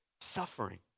suffering